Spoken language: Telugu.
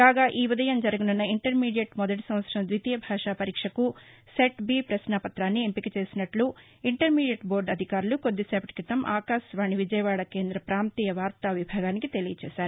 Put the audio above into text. కాగా ఈ ఉదయం జరగనున్న ఇంటర్మీడియట్ మొదటి సంవత్సరం ద్వితీయ భాషా పరీక్షకు సెట్ బీ పశ్నా పత్రాన్ని ఎంపిక చేసినట్లు ఇంటర్మీడియట్ బోర్డు అధికారులు కొద్దినేపటి క్రితం ఆకాశవాణి విజయవాడ కేంద్ర పాంతీయ వార్తా విభాగానికి తెలియజేశారు